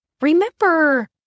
Remember